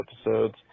episodes